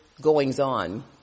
goings-on